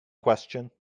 question